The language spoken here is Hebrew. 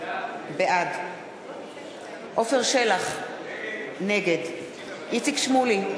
בעד עפר שלח, נגד איציק שמולי,